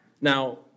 Now